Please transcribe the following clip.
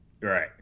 right